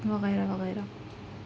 وغیرہ وغیرہ